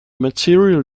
material